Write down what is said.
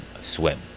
swim